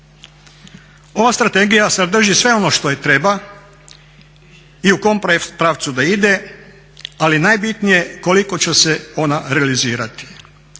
Ova strategija sadrži sve ono što joj treba i u kojem pravcu da ide ali najbitnije koliko će se ona realizirati.